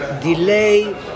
delay